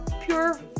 pure